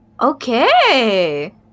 Okay